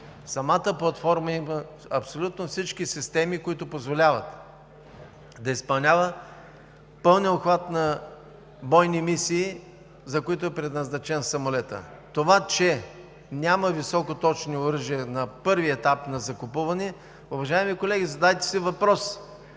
самата платформа има абсолютно всички системи, които позволяват да изпълнява пълния обхват на бойни мисии, за които е предназначен. Това, че няма високоточни оръжия на първия етап на закупуване… Уважаеми колеги, задайте си въпрос: